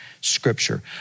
scripture